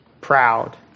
proud